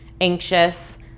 anxious